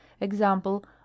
Example